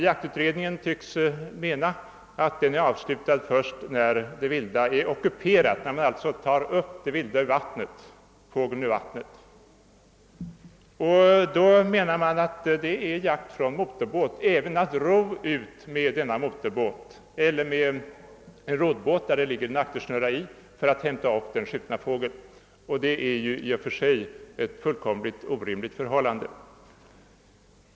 Jaktutredningen tycks mena att så är fallet först när det vilda är ockuperat, alltså när man tagit upp fågeln ur vattnet. Därför anses det innebära jakt från motorbåt även när man ror ut med en motorbåt eller med en roddbåt som det ligger en aktersnurra i för att hämta upp den skjutna fågeln. Det är ett fullkomligt orimligt förhållande.